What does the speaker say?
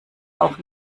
auch